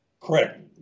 Correct